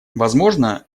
возможно